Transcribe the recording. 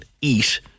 eat